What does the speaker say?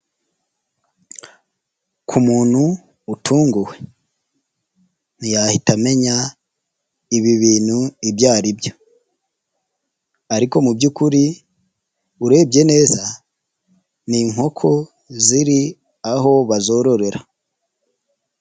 Ku muntu utunguwe ntiyahita amenya ibi ibintu ibyo ari byo, ariko mu by'ukuri urebye neza ni inkoko ziri aho bazororera.